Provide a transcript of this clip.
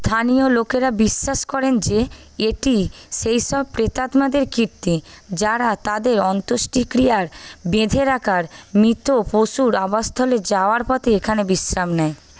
স্থানীয় লোকেরা বিশ্বাস করেন যে এটি সেইসব প্রেতাত্মাদের কীর্তি যারা তাদের অন্ত্যেষ্টিক্রিয়ায় বেঁধে রাখা মৃত পশুর আবাসস্থলে যাওয়ার পথে এখানে বিশ্রাম নেয়